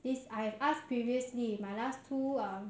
this I've asked previously my last two uh